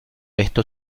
esto